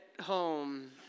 home